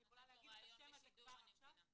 אני יכולה להגיד את השם הזה כבר עכשיו